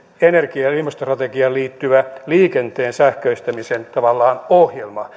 energia ja ilmastostrategiaan liittyvä liikenteen sähköistämisen tavallaan ohjelma